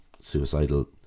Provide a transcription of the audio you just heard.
suicidal